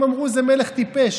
הם אמרו: זה מלך טיפש.